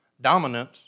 dominance